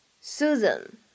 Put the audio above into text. Susan